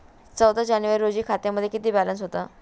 चौदा जानेवारी रोजी खात्यामध्ये किती बॅलन्स होता?